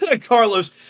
Carlos